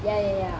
ya ya ya